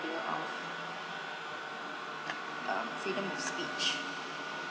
of uh freedom of speech